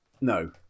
No